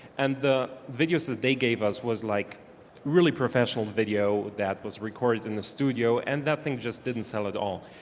and the videos that they gave us was like really professional video that was recorded in the studio and that thing just didn't at all,